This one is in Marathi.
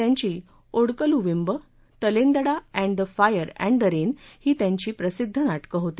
त्यांची ओडकलु विम्ब तंलेदडा and the fire and the rain हे त्यांची प्रसिद्ध नाटक होती